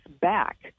back